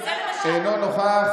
אינו נוכח,